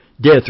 Death